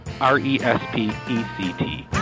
R-E-S-P-E-C-T